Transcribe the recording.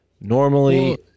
Normally